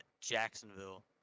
Jacksonville